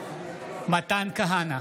בעד מתן כהנא,